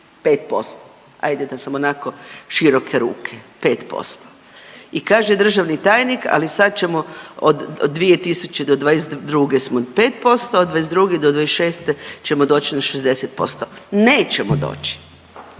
5%, ajde da sam onako široke ruke, 5% i kaže državni tajnik, ali sad ćemo od 2000. do '22. smo 5%, a '22.-'26. ćemo doći na 60%. Nećemo doći.